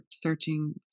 searching